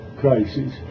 crisis